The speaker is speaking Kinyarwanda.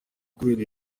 kubera